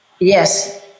Yes